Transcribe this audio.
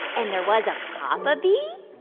and there was a papa bee